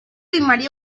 primaria